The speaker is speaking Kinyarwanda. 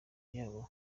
yabo